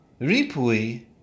Ripui